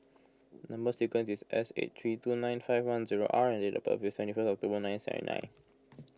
Number Sequence is S eight three two nine five one zero R and date of birth is twenty first October ninety seven nine